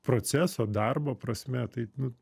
proceso darbo prasme tai nu